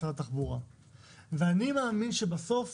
ואני מאמין שבסוף